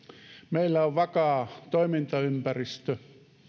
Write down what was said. meillä on vakaa toimintaympäristö